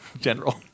general